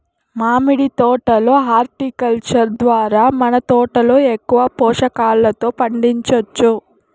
మామిడి తోట లో హార్టికల్చర్ ద్వారా మన తోటలో ఎక్కువ పోషకాలతో పండించొచ్చు